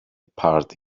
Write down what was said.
party